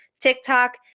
TikTok